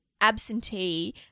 absentee